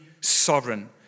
sovereign